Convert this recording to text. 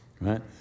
right